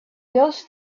those